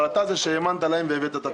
אבל אתה זה שהאמנת להם והבאת את הפתרון.